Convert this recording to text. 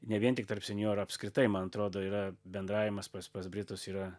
ne vien tik tarp senjorų apskritai man atrodo yra bendravimas pas pas britus yra